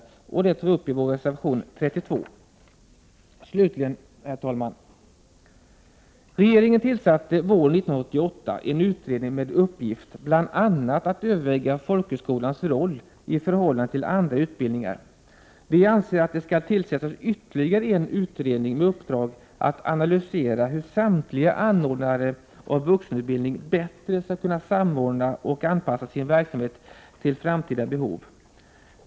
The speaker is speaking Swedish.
Detta har vi tagit uppi reservation 32. Slutligen, herr talman! Regeringen tillsatte våren 1988 en utredning med uppgift att bl.a. överväga folkhögskolans roll i förhållande till andra utbildningar. Vi anser att det skall tillsättas ytterligare en utredning med uppdrag att analysera hur samtliga anordnare av vuxenutbildning bättre kan samordna och anpassa sin verksamhet till framtida behov.